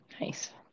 nice